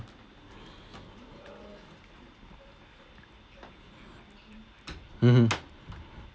mmhmm